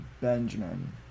Benjamin